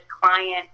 client